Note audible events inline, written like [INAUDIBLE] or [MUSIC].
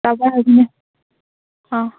[UNINTELLIGIBLE]